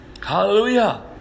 Hallelujah